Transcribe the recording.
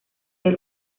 del